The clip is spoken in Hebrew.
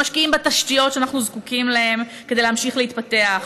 שמשקיעים בתשתיות שאנחנו זקוקים להן כדי להמשיך להתפתח,